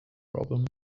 problem